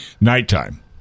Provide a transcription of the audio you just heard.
Nighttime